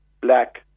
black